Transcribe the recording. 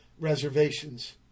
reservations